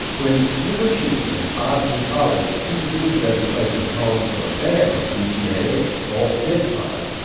when senator schumer and five of his colleagues introduced legislation calling for a ban on bpa in all kids' products,